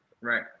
right